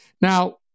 Now